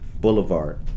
Boulevard